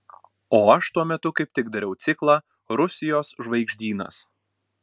o aš tuo metu kaip tik dariau ciklą rusijos žvaigždynas